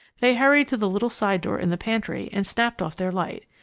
they hurried to the little side door in the pantry and snapped off their light.